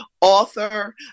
author